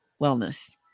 wellness